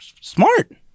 Smart